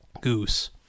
Goose